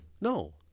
No